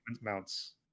mounts